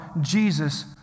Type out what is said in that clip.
Jesus